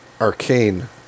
Arcane